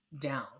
down